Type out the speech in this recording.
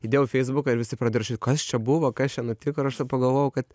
įdėjau į feisbuką ir visi pradėjo rašyt kas čia buvo kas čia nutiko ir aš tada pagalvojau kad